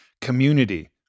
community